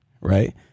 right